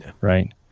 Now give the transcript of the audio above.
right